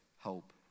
hope